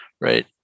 right